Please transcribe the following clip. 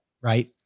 Right